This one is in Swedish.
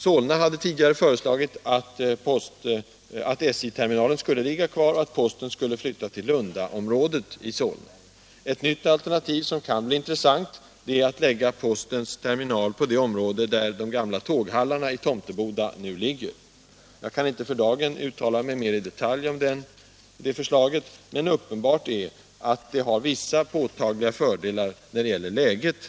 Solna hade tidigare föreslagit att SJ-terminalen skulle ligga kvar och att posten skulle flytta till Lundaområdet i Solna. Ett nytt alternativ som kan bli intressant är att lägga postens terminal i det område där de gamla tåghallarna i Tomteboda nu finns. Jag kan inte för dagen uttala mig mer i detalj om det förslaget, men uppenbart är att det har vissa påtagliga fördelar när det gäller läget.